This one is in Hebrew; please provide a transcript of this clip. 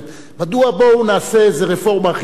בואו נעשה איזו רפורמה הכי טובה: